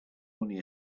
money